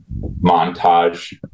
montage